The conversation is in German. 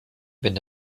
wenn